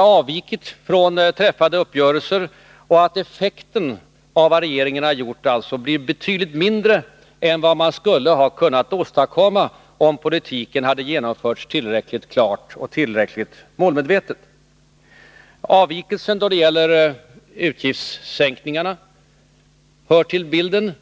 avvikit från träffade uppgörelser. Vi anser att effekten av vad regeringen har gjort blir betydligt mindre än vad den skulle ha blivit, om politiken hade genomförts tillräckligt klart och tillräckligt målmedvetet. Avvikelsen då det gäller utgiftssänkningarna hör till bilden.